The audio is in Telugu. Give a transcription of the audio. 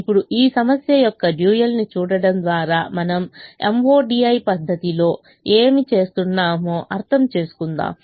ఇప్పుడు ఈ సమస్య యొక్క డ్యూయల్ ను చూడటం ద్వారా మనము MODI పద్ధతిలో ఏమి చేస్తున్నామో అర్థం చేసుకుందాం